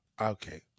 Okay